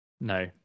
No